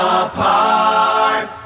apart